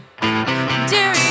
dear